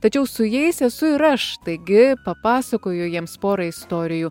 tačiau su jais esu ir aš taigi papasakoju jiems porą istorijų